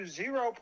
zero